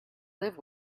live